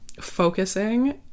focusing